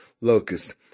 locust